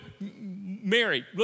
Mary